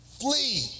flee